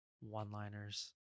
one-liners